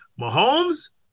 Mahomes